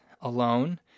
alone